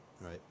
right